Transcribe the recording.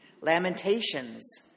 Lamentations